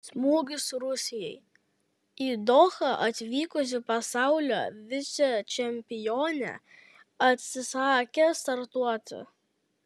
smūgis rusijai į dohą atvykusi pasaulio vicečempionė atsisakė startuoti